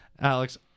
Alex